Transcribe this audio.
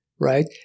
right